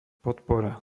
podpora